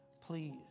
Please